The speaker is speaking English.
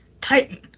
titan